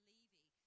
Levy